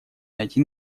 найти